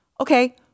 okay